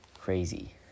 crazy